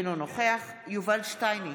אינו נוכח יובל שטייניץ,